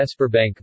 Esperbank